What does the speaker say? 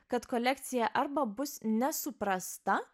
kad kolekcija arba bus nesuprasta